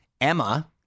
Emma